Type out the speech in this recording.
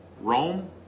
Rome